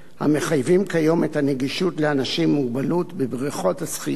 המחייבים כיום את הנגישות של בריכות השחייה